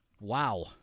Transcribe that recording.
Wow